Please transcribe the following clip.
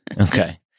Okay